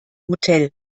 hotel